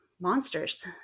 monsters